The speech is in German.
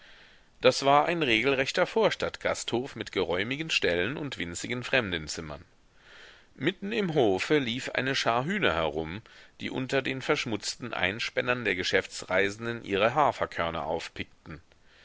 das war ein regelrechter vorstadtgasthof mit geräumigen ställen und winzigen fremdenzimmern mitten im hofe lief eine schar hühner herum die unter den verschmutzten einspännern der geschäftsreisenden ihre haferkörner